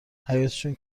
حیاطشون